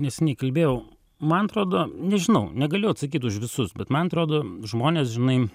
neseniai kalbėjau man atrodo nežinau negaliu atsakyt už visus bet man atrodo žmonės žinai